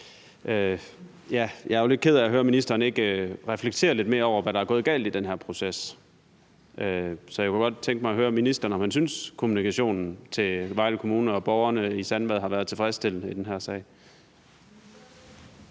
jeg er jo lidt ked af at høre, at ministeren ikke reflekterer lidt mere over, hvad der er gået galt i den her proces, så jeg kunne godt tænke mig at høre ministeren, om han synes, at kommunikationen med Vejle Kommune og borgerne i Sandvad har været tilfredsstillende i den her sag.